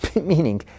meaning